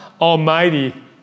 Almighty